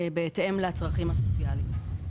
בהתאם לצרכים הסוציאליים.